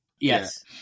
Yes